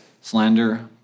slander